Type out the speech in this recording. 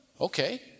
okay